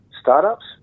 startups